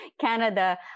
Canada